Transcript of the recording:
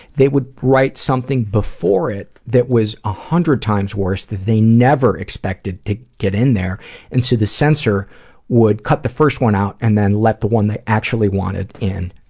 they would write something before it that was a hundred times worse, that they never expected to get in there and so the censor would cut the first one out, and then let the one that they actually wanted, in,